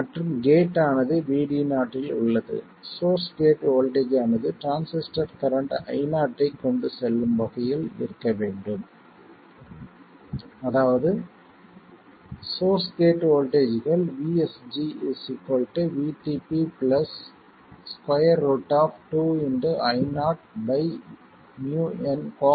மற்றும் கேட் ஆனது VD0 இல் உள்ளது சோர்ஸ் கேட் வோல்ட்டேஜ் ஆனது டிரான்சிஸ்டர் கரண்ட் Io ஐ கொண்டு செல்லும் வகையில் இருக்க வேண்டும் அதாவது சோர்ஸ் கேட் வோல்ட்டேஜ்கள் VSG VTP 2 2 Io µnCox W L